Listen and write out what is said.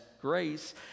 grace